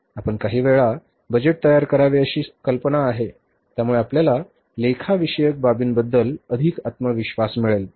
आपण काही वेळा बजेट तयार करावे अशी कल्पना आहे त्यामुळे आपल्याला लेखाविषयक बाबींबद्दल अधिक आत्मविश्वास मिळेल